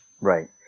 Right